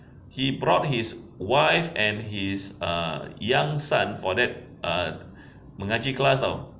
he brought his wife and his ah young son for that uh mengaji class